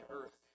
earth